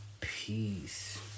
Peace